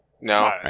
No